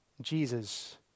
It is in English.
Jesus